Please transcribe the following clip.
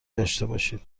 داشتهباشید